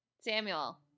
Samuel